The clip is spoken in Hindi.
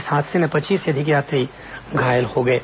इस हादसे में पच्चीस से अधिक यात्री घायल हो गए हैं